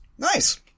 Nice